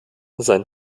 sein